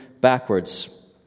backwards